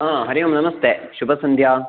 हरि ओं नमस्ते शुभसन्ध्या